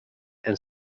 and